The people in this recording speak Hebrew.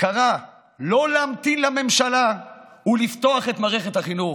קרא לא להמתין לממשלה ולפתוח את מערכת החינוך,